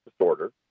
disorder